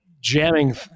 jamming